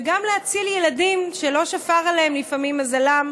וגם להציל ילדים שלא שפר עליהם מזלם,